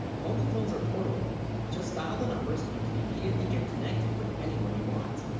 mobile phones are portable just dial the numbers and you can immediately get connected with, anyone you want